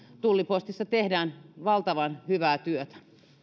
tullipostissa tehdään valtavan hyvää työtä